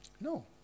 No